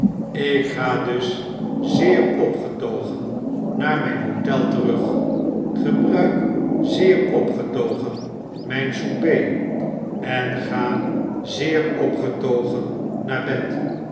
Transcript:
ik ga dus zeer opgetogen naar myn hotel terug gebruik zeer opgetogen myn souper en ga zeer opgetogen naar bed